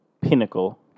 pinnacle